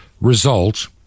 result